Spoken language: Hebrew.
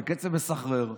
בקצב מסחרר,